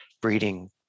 breeding